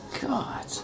god